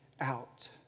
out